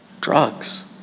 drugs